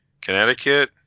Connecticut